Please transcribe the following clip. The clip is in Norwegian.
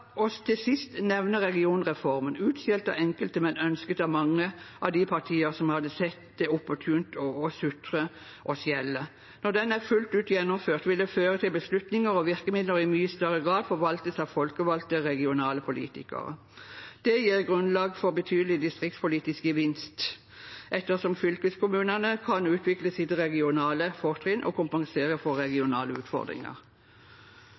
til sist nevne regionreformen – utskjelt av enkelte, men ønsket av mange av de partier som har sett det opportunt å sutre og skjelle. Når den er fullt ut gjennomført, vil det føre til at beslutninger og virkemidler i mye større grad forvaltes av folkevalgte regionale politikere. Det gir grunnlag for betydelig distriktspolitisk gevinst ettersom fylkeskommunene kan utvikle sitt regionale fortrinn og kompensere for